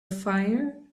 fire